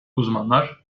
uzmanlar